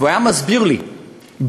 והיה מסביר לי,